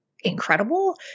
incredible